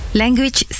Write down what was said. language